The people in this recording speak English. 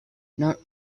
not